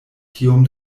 tiom